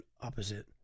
opposite